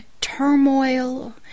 turmoil